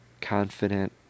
confident